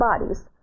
bodies